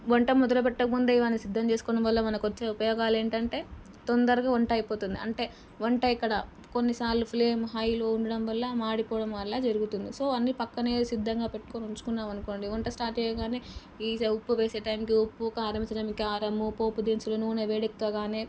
వంట మొదలు పెట్టక ముందే ఇవన్నీ సిద్ధం చేసుకోవడం వల్ల మనకు వచ్చే ఉపయోగాలు ఏంటంటే తొందరగా వంట అయిపోతుంది అంటే వంట ఎక్కడ కొన్నిసార్లు ఫ్లేమ్ హైలో ఉండడం వల్ల మాడిపోవడం అలా జరుగుతుంది సో అన్నీ ప్రక్కనే సిద్ధంగా పెట్టుకోని ఉంచుకున్నాము అనునుకోండి వంట స్టార్ట్ చేయగానే ఈజీ ఉప్పు వేసే టైంకి ఉప్పు కారం వేసే టైంకి కారము పోపు దినుసులు నూనె వేడెక్కగానే